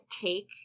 take